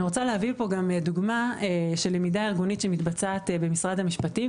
אני רוצה לתת כאן דוגמה של למידה ארגונית שמתבצעת במשרד המשפטים,